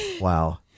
Wow